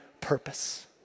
purpose